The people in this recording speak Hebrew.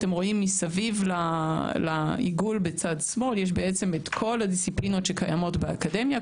מסביב לעיגול בצד שמאל יש את כל הדיסציפלינות שקיימות באקדמיה,